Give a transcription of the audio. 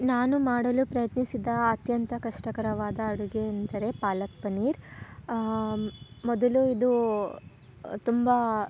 ನಾನು ಮಾಡಲು ಪ್ರಯತ್ನಿಸಿದ ಅತ್ಯಂತ ಕಷ್ಟಕರವಾದ ಅಡುಗೆ ಎಂದರೆ ಪಾಲಕ್ ಪನ್ನೀರ್ ಮೊದಲು ಇದು ತುಂಬ